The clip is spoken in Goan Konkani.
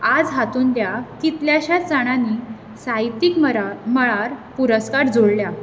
आज हातूंत त्या कितल्याश्यांच जाणांनी साहित्यीक मळा मळार पुरस्कार जोडल्यात